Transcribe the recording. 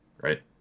right